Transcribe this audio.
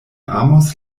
amos